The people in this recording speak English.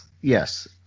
Yes